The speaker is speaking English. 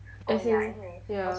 as in ya